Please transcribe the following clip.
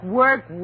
work